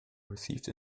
received